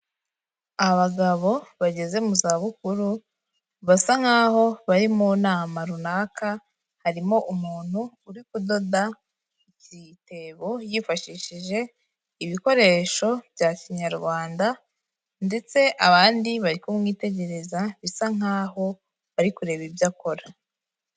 Abagabo bageze mu za bukuru basa nkaho bari mu nama runaka, harimo umuntu uri kudoda igitebo yifashishije ibikoresho bya kinyarwanda ndetse abandi bari kumwitegereza bisa nkaho bari kureba ibyo akora.